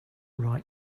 write